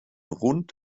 rund